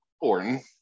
Orton